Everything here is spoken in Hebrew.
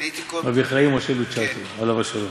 רבי משה חיים לוצאטו, עליו השלום.